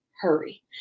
hurry